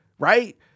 Right